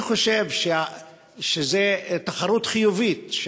אני חושב שזאת תחרות חיובית,